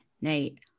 Nate